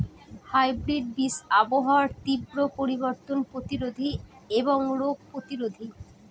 hybrid বীজ আবহাওয়ার তীব্র পরিবর্তন প্রতিরোধী এবং রোগ প্রতিরোধী